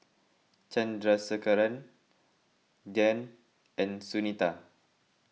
Chandrasekaran Dhyan and Sunita